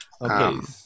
Okay